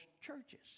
churches